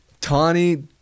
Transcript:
Tawny